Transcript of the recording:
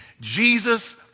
Jesus